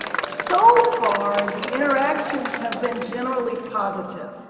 so far, the interactions have been generally positive.